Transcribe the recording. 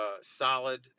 solid